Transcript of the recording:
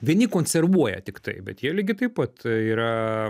vieni konservuoja tik tai bet jie lygiai taip pat yra